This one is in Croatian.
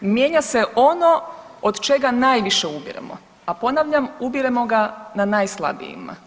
Mijenja se ono od čega najviše ubiremo a ponavljamo, ubiremo ga na najslabijima.